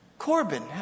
Corbin